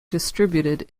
distributed